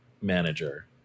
manager